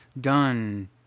done